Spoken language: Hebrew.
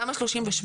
תמ"א 38,